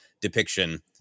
depiction